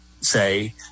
say